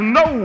no